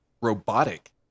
robotic